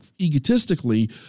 egotistically